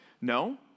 No